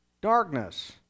darkness